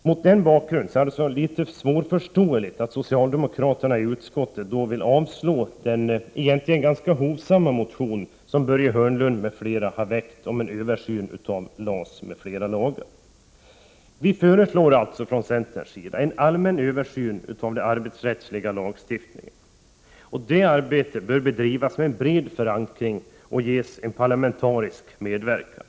Mot den bakgrunden är det litet svårförståeligt att socialdemokraterna i utskottet vill avslå den egentligen ganska hovsamma motion om en översyn av LAS, m.fl. lagar, som Börje Hörnlund m.fl. har väckt. Vi från centerpartiet föreslår alltså en allmän översyn av den arbetsrättsliga lagstiftningen. Det arbetet bör bedrivas med en bred förankring och ges en parlamentarisk medverkan.